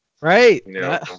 Right